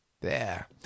There